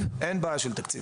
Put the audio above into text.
בלקיה אין להם כיתות גן.